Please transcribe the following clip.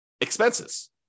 expenses